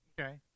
Okay